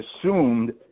assumed